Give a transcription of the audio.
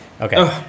Okay